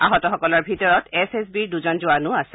আহতসকলৰ ভিতৰত এছ এছ বিৰ দুজন জোৱানো আছে